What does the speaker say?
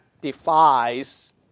defies